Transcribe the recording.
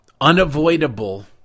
unavoidable